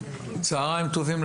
צוהריים טובים.